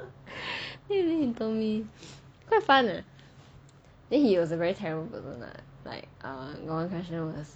then he told me quite fun leh then he was a very terrible person lah like got one question was